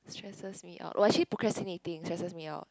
stresses me out oh actually procrastinating stresses me out